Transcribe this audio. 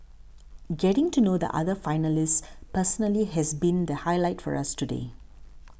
getting to know the other finalists personally has been the highlight for us today